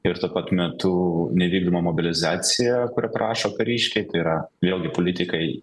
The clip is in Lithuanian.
ir tuo pat metu nevykdoma mobilizacija kuri prašo kariškiai tai yra vėlgi politikai